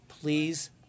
please